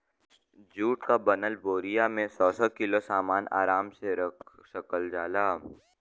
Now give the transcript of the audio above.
जुट क बनल बोरिया में सौ सौ किलो सामन आराम से रख सकल जाला